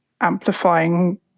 amplifying